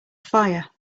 fire